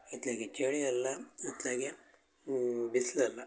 ಇತ್ಲಗೆ ಚಳಿ ಅಲ್ಲ ಅತ್ಲಗೆ ಬಿಸಿಲಲ್ಲ